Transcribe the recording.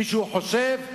מישהו חושב?